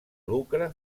lucre